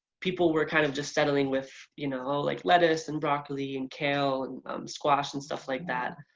people were kind of just settling with you know like lettuce, and broccoli, and kale, and squash, and stuff like that.